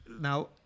now